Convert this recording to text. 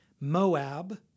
Moab